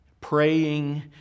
Praying